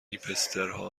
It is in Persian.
هیپسترها